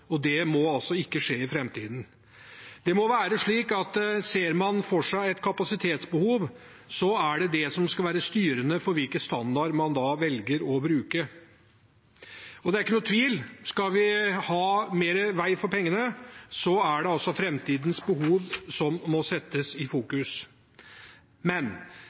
og det må ikke skje i framtiden. Det må være slik at ser man for seg et kapasitetsbehov, så er det det som skal være styrende for hvilken standard man velger å bruke. Det er ikke noen tvil – skal vi ha mer vei for pengene, er det framtidens behov som må settes i